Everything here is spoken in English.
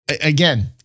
again